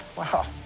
wow.